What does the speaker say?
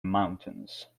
mountains